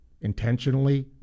intentionally